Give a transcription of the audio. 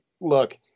look